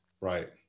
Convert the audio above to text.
Right